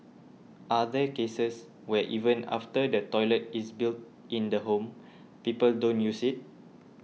are there cases where even after the toilet is built in the home people don't use it